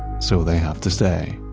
so they have to stay